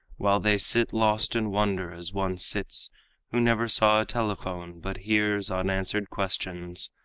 while they sit lost in wonder, as one sits who never saw a telephone, but hears unanswered questions,